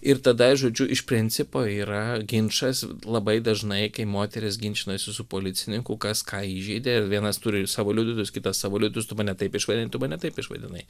ir tada žodžiu iš principo yra ginčas labai dažnai kai moteris ginčinasi su policininku kas ką įžeidė ir vienas turi savo liudytojus kitas savo liudytojus tu mane taip išvadinai tu mane taip išvadinai